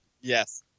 Yes